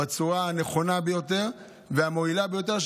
בצורה הנכונה ביותר והמועילה ביותר,